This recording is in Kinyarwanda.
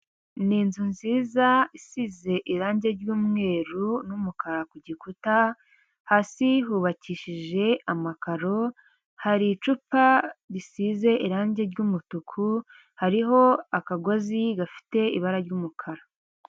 Ni inzu nziza isize irangi ry'umweru n'umukara ku gikuta, hasi hubakishije amakaro, hari icupa risize irangi ry'umutuku, hariho akagozi gafite ibara ry'umukara.